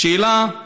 השאלה: